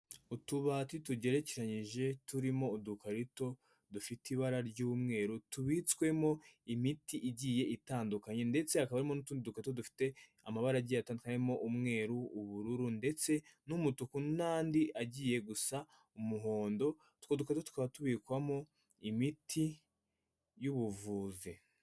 Utubati tugerekeranyije turimo udukarito dufite ibara ry'umweru tubitswemo imiti igiye itandukanye ndetse hakaba harimo n'utundi dukarito dufite amabara agiye atandukanye harimo umweru, ubururu ndetse n'umutuku n'andi agiye gusa umuhondo, utwo dukarito tukaba tubikwamo imiti y'ubuvuzi.